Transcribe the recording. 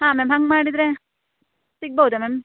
ಹಾಂ ಮ್ಯಾಮ್ ಹಂಗೆ ಮಾಡಿದರೆ ಸಿಗ್ಬೌದಾ ಮ್ಯಾಮ್